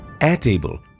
Airtable